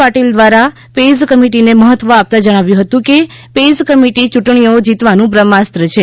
પાટીલ દ્વારા પેઈઝ કમિટીને મહત્વ આપતાં જણાવ્યું હતું કે પેઈઝ કમિટી યુંટણીઓ જીતવાનું બ્રહ્માસ્ત્ર છે